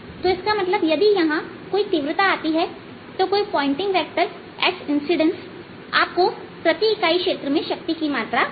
तो इसका मतलब यदि यहां कोई तीव्रता आती है तो कोई पॉइंटिंग वेक्टर SI आपको प्रति इकाई क्षेत्र में शक्ति की मात्रा देगा